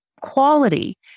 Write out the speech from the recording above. quality